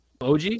OG